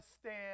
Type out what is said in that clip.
stand